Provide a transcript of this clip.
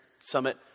Summit